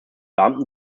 beamten